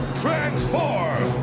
transform